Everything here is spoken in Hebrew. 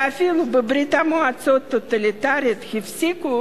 שאפילו בברית-המועצות הטוטליטרית הפסיקו